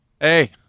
Hey